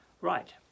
Right